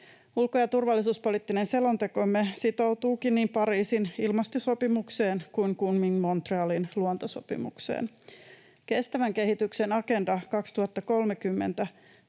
Ulko- ja turvallisuuspoliittinen selontekomme sitoutuukin niin Pariisin ilmastosopimukseen kuin Kunmingin—Montrealin luontosopimukseen. Kestävän kehityksen Agenda 2030